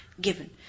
given